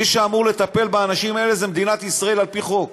מי שאמור לטפל באנשים האלה זה מדינת ישראל על-פי חוק,